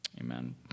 Amen